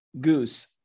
Goose